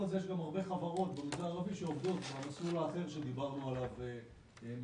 כשאתה אומר לה לעשות הכל, לצערנו היא לא עושה.